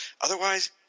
Otherwise